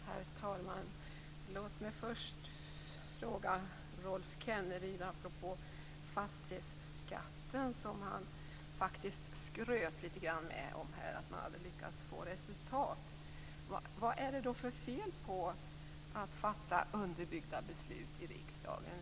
Herr talman! Låt mig först ställa en fråga till Rolf Kenneryd apropå fastighetsskatten. Han skröt faktiskt litet grand om att man hade lyckats få resultat. Vad är det för fel på att fatta underbyggda beslut i riksdagen?